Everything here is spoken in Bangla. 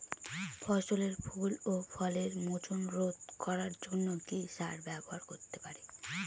ফসলের ফুল ও ফলের মোচন রোধ করার জন্য কি সার ব্যবহার করতে পারি?